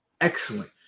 excellent